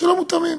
שלא מותאמים.